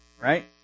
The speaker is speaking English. Right